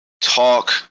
talk